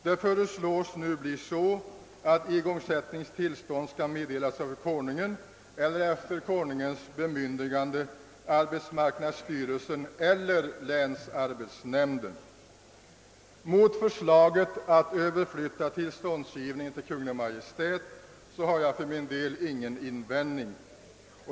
Det föreslås nu bli så att igångsättningstillstånd skall meddelas av Konungen eller, efter Konungens bemyndigande, arbetsmarknadsstyrelsen eller länsarbetsnämnden. Mot förslaget att överflytta tillståndsgivningen till Kungl. Maj:t har jag ingen invändning.